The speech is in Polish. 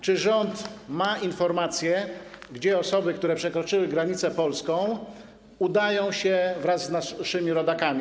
Czy rząd ma informacje, gdzie osoby, które przekroczyły granicę polską, udają się wraz z naszymi rodakami?